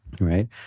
right